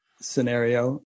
scenario